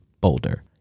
Boulder